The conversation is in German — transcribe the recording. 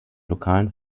lokalen